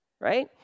Right